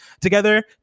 Together